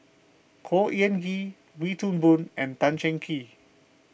Khor Ean Wee Toon Boon and Tan Cheng Kee